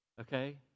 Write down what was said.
Okay